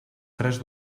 tres